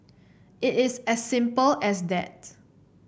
it is as simple as that